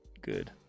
good